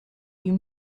you